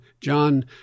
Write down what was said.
John